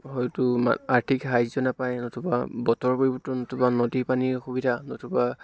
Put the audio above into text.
হয়তো মা আৰ্থিক সাহাৰ্য্য় নাপায় নতুবা বতৰ পৰিৱৰ্তন নতুবা নদীৰ পানীয়ে অসুবিধা নতুবা